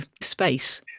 space